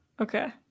Okay